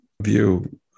view